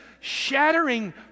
shattering